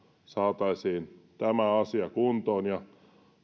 saataisiin tämä asia kuntoon ja